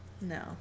No